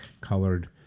colored